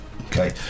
Okay